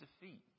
defeat